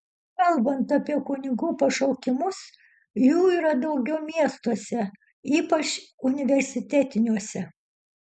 kalbant apie kunigų pašaukimus jų yra daugiau miestuose ypač universitetiniuose